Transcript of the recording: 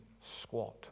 squat